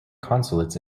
consulates